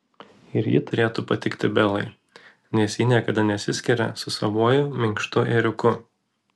ir ji turėtų patikti belai nes ji niekada nesiskiria su savuoju minkštu ėriuku